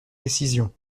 décision